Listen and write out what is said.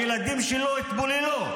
הילדים שלו התבוללו.